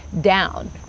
down